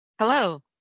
Hello